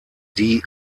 die